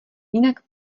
jinak